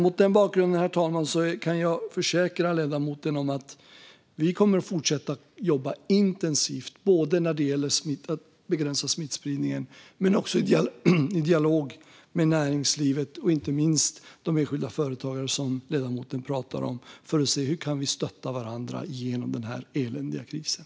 Mot den bakgrunden, herr talman, kan jag försäkra ledamoten att vi kommer att fortsätta jobba intensivt när det gäller att begränsa smittspridningen och i dialog med näringslivet, inte minst de enskilda företagare som ledamoten pratar om, se hur vi kan stötta varandra genom den här eländiga krisen.